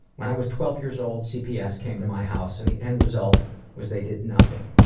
when i was twelve years old, cps came to my house and the end result was they did nothing.